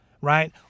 Right